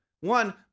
One